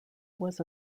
was